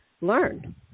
learn